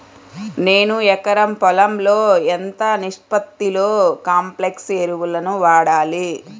నేను ఎకరం పొలంలో ఎంత నిష్పత్తిలో కాంప్లెక్స్ ఎరువులను వాడాలి?